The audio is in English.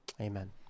Amen